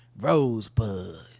rosebud